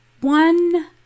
one